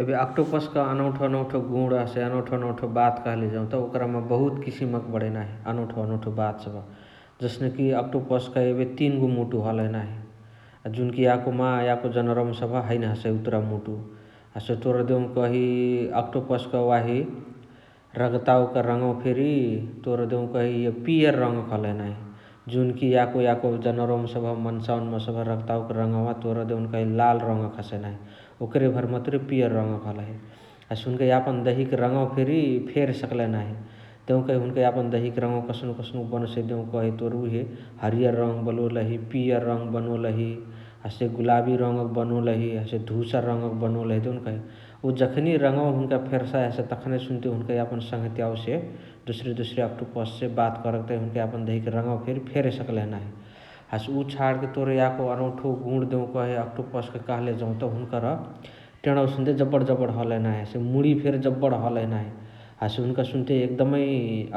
एबे अक्टोपस्क अनौठो अनौठो गुणा अनौठो अनौथो बात कहले जौत ओकरमा बहुत किसिमक बणइ नाही अनौठो अनौठो बात सबह । जस्नेकी अक्टोपस्क एबे तीनअगो मुटु हलही नाही । अ जुनकी याकोमा याको जनावर सबह हैने हसइ उतुरा मुटु । हसे तोर देउनकही अक्टोपस क वाही रगतावक रङवा फेरी तोर देउकही पियर रङक हलही नाही । जुनकी याको याको जनावरनि सबह मन्सावनी रगतावक रङवा तोर देउनकही लाल रङक हसइ नाही । ओकरे भरी मतुरे पियर रङक हलही । हसे हुन्का यापन दहियक रङवा फेरी फेरे सकलही नाही । देउकही हुन्का यापन दहियाक रङवा कस्नुक कस्नुक बनोसइ देउकही तोर उहे हरियर रङ बलोलहि, पियर रङ बनोलही । हसे गुलबी रङ क बनोलहि, हसे धुसर रङ क बनोलही देउकही । उ जखानेए रङवा हुन्का फेर्साइ हसे तखानही सुन्ते यापन सङहतियावसे दोसारी दोसारी अक्टोपस से बात करके तहिय हुन्का यापन दहियाक रङवा फेरी फेरे सकलही नाही । हसे उ छणके तोर याको अनौथो गुणा कही अक्टोपसक कहाँले जौत हुनुकर टेणवा सुन्ते जबण जबण हलही नाही । हसे मुणिया फेरी जबण हलही नाही । हसे हुन्का सुन्ते एकदमै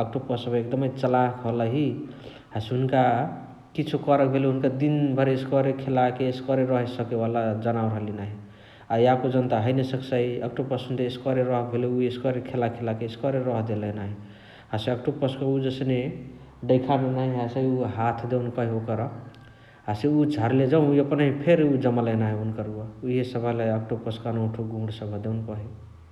अक्टोपस सबह एक्दमै चलाख हलही । हसे हुन्का किछो करके भेले हुन्का दिन भरी एस्करे खेलाके एस्करे रहे सके वाला जनावर हलिय नाही । अ याको जनत हैने सकसाइ अक्टोपस्न सुन्ते एस्करे रहके भेले उ एस्करे खेला खेलाके एस्करे रहदेलही नाही । हसे अक्टोपस क उ जस्ने डैखान नहिया हसइ उअ हाथ देउनकही ओकरा । हसे उअ झरले जौ एपनही फेरी जमलही नाही हुन्कर उअ । इहे सबह हलई अक्टोपस क अनौठो गुणा सबह देउनकही ।